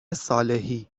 صالحی